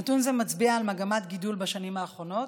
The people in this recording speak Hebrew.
נתון זה מצביע על מגמת הגידול בשנים האחרונות,